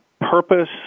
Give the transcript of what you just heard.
Purpose